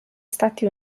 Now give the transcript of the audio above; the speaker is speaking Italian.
stati